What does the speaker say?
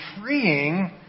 freeing